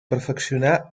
perfeccionar